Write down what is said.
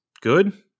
good